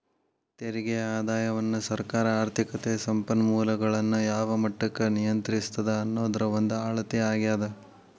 ತೆರಿಗೆ ಆದಾಯವನ್ನ ಸರ್ಕಾರ ಆರ್ಥಿಕತೆ ಸಂಪನ್ಮೂಲಗಳನ್ನ ಯಾವ ಮಟ್ಟಕ್ಕ ನಿಯಂತ್ರಿಸ್ತದ ಅನ್ನೋದ್ರ ಒಂದ ಅಳತೆ ಆಗ್ಯಾದ